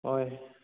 ꯍꯣꯏ